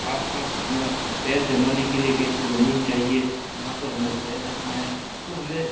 आस पास हमें पैर जमाने के लिए कैसी ज़मीन चाहिए कहाँ पर हमें पैर रखना हैं तो हमें